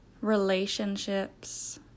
relationships